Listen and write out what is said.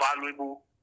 Valuable